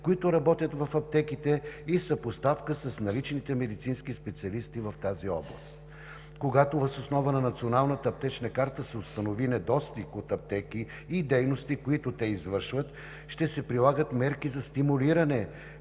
които работят в аптеките, и съпоставка с наличните медицински специалисти в тази област. Когато въз основа на Националната аптечна карта се установи недостиг от аптеки и дейности, които те извършват, ще се прилагат мерки за стимулиране